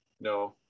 No